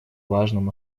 важным